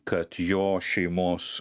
kad jo šeimos